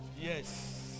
Yes